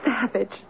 savage